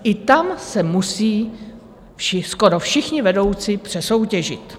I tam se musí skoro všichni vedoucí přesoutěžit.